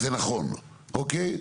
אז זה נכון, אוקיי?